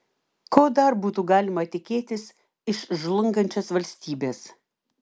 ko dar būtų galima tikėtis iš žlungančios valstybės